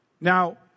Now